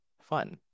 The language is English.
fun